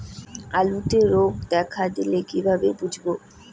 আলুতে রোগ দেখা দিলে কিভাবে বুঝবো?